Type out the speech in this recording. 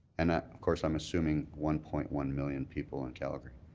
and ah of course, i'm assuming one point one million people in calgary,